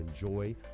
enjoy